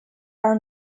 are